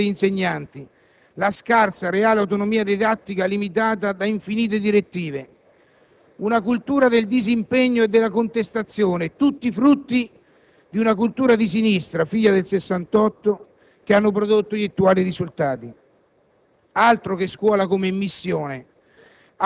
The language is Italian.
l'incertezza delle modalità di reclutamento e assunzione degli insegnanti, la scarsa reale autonomia didattica, limitata da infinite direttive, una cultura del disimpegno e della contestazione. Sono tutti frutti di una cultura di sinistra figlia del Sessantotto, che hanno prodotto gli attuali risultati.